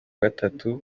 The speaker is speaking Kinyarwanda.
gatatu